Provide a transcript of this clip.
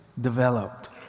developed